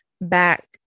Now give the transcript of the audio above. back